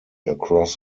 across